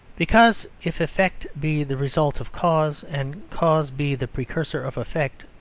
because if effect be the result of cause and cause be the precursor of effect,